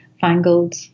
fangled